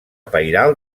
pairal